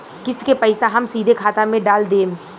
किस्त के पईसा हम सीधे खाता में डाल देम?